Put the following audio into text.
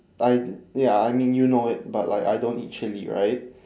tie~ ya I mean you know it but like I don't eat chilli right